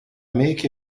make